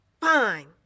Fine